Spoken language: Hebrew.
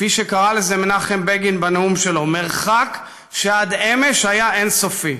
כפי שקרא לזה מנחם בגין בנאום שלו: מרחק שעד אמש היה אין-סופי.